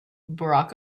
barack